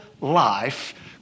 life